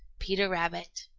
peter rabbit.